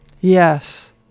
Yes